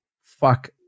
fuck